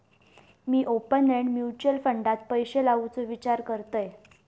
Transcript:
मी open end mutual फंडात पैशे लावुचो विचार करतंय